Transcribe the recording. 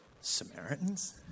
Samaritans